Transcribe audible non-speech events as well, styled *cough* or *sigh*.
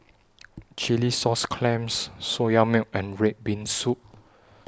*noise* Chilli Sauce Clams Soya Milk and Red Bean Soup